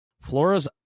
Flora's